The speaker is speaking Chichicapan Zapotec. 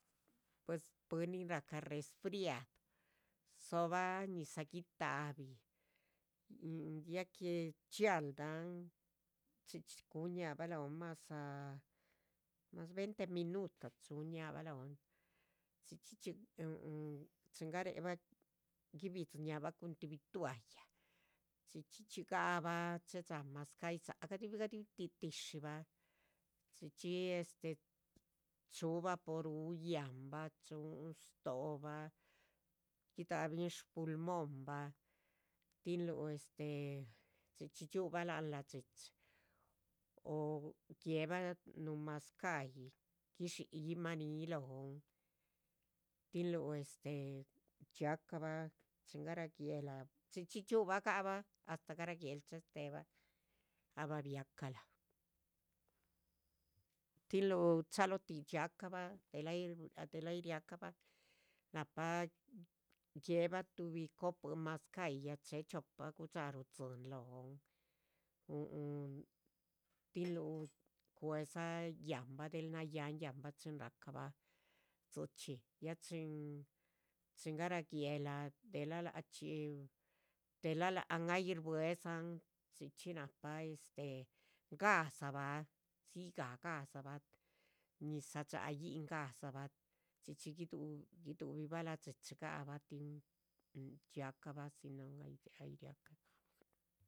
Pues bwín nin rahca resfriado, dzobah ñizah guitáhbi ya que dxial dahan chxí chxí cuhu ñahba lóhn madza veinte minuto chuhu ñahba lohon, chxí chxí chxí. huhum, garéc bah guibidzi ñahba con tuhbi toalla chxí chxí chxí gahbah che dxa´ mazcáhyi gadubih gadubih tih tishibah chxí chxí este chu´vaporu yánbah. chuhun stóobah guidáha bin shpulmonbah, tinluh este chxí chxí dxiúbah láhan la´dxichi o gue´bah núhun mazcáhyi guishí yíhma níhi lóhon tinluh este. dxiaacah bachin garáa guéhla chxí chxí dxiubah gahba astáh garáah guéhla chestéhe bah ahba biacalah tinluh chalóh tih dxiacabah del ay, del ay riá cahba nahpa. gue´bah tuhbi copuin mazcáhyi ya chéhe chiopa gu´dxaruh dzíyin lóhon, mhuhu, tinluh cue´dza yáhnba del nayáhn yáhnba chin ra´ca bah dzichxí ya chin. gará guéhla de la lachxí dela láhan ay shbuedzan dzichxí nahpa este, gadza´bah rdziyi gah ga´dzabah ñizah dxa´yihn, ga´dzabah chxí chxí giduhubi bah la´dxichi. tin gahba tin dxiáacahba sinon ay riacabah